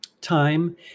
time